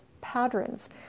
patterns